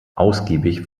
ausgiebig